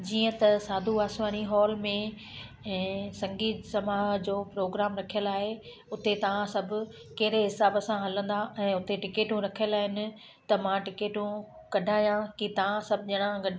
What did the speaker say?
जीअं त साधू वासवाणी हॉल में ऐं संगीत समाह जो प्रोग्राम रखियल आहे उते तव्हां सभु कहिड़े हिसाब सां हलंदा ऐं हुते टिकिटूं रखियल आहिनि त मां टिकिटूं कढायां की तव्हां सबु ॼणा गॾु